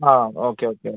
uh okay okay